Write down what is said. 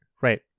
Right